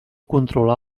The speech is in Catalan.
controlar